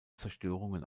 zerstörungen